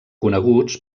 coneguts